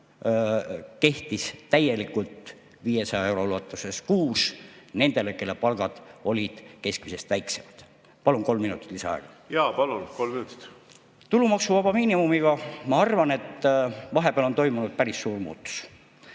kehtis täielikult 500 euro ulatuses kuus nendele, kelle palgad olid keskmisest väiksemad. Palun kolm minutit lisaaega. Jaa, palun, kolm minutit! Jaa, palun, kolm minutit! Tulumaksuvaba miinimumiga, ma arvan, on vahepeal toimunud päris suur muutus.